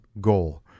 goal